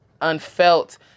unfelt